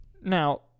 now